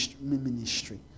ministry